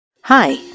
Hi